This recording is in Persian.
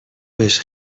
بهش